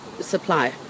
supply